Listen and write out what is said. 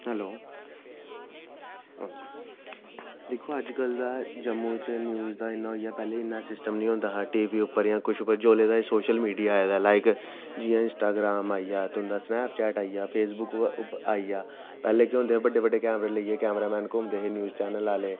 hello दिक्खो अज्ज कल दा जम्मू च न्यूज़ दा इ'न्ना होइया पैह्लें इ'न्ना सिस्टम निं होंदा हा टी वी उप्पर जां कुछ पर जोल्लै दा एह् सोशल मीडिया आए दा लाइक जि'यां इंस्टाग्राम आइया तुं'दा स्नैपचैट आइया फेसबुक आइया पैह्लैं केह् होंदा बड्डे बड्डे कैमरे लेइयै कैमरामैन घूमदे हे न्यूज़ चैनल आह्ले